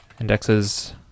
indexes